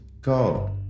God